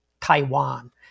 Taiwan